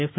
F